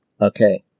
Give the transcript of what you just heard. Okay